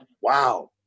wow